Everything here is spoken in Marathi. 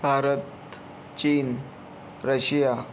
भारत चीन रशिया